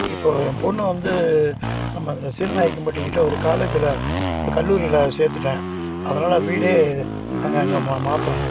இப்போது என் பொண்ணு வந்து நம்ம சீலநாயக்கம்பட்டிக்கிட்ட ஒரு காலேஜில் ஒரு கல்லூரில் சேர்த்துட்டேன் அதனால் வீடே நாங்கள் அங்கே மா மாற்றுறோம்